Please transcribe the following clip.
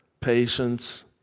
patience